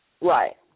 Right